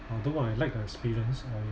although I lack the experience I